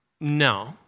no